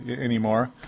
anymore